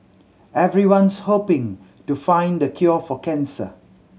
everyone's hoping to find the cure for cancer